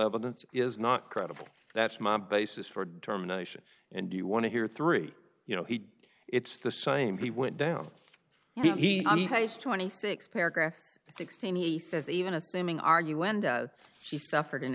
evidence is not credible that's my basis for determination and you want to hear three you know he it's the same he went down he has twenty six paragraphs sixteen he says even assuming argue end she suffered an